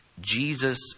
Jesus